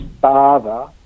father